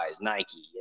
Nike